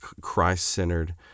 Christ-centered